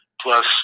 plus